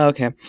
Okay